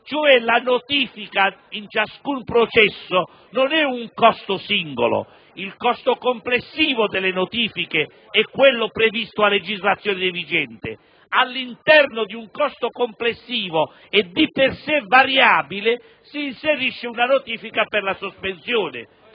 La notifica in ciascun processo non rappresenta un costo singolo; il costo complessivo delle notifiche è quello previsto a legislazione vigente. All'interno di un costo complessivo e di per sé variabile si inserisce una notifica per la sospensione,